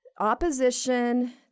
opposition